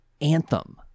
anthem